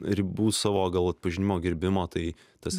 ribų savo gal atpažinimo gerbimo tai tas